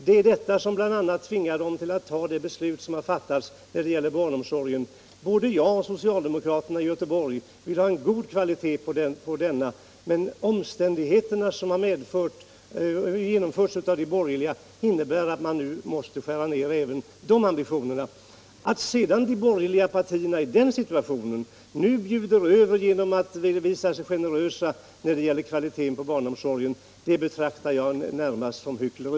Det är detta som tvingar socialdemokraterna till det beslut som har fattats när det gäller barnomsorgen. Både jag och socialdemokraterna i Göteborg vill ha en god kvalitet på denna, men de förhållanden som uppkommit på grund av de borgerligas politik gör att man nu även måste skära ned dessa ambitioner. Att sedan de borgerliga i den situationen nu bjuder över när det gäller kvaliteten på barnomsorgen betraktar jag närmast som hyckleri.